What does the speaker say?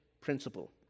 principle